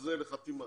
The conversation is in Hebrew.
כזה לחתימה.